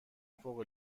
فوق